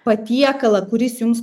patiekalą kuris jums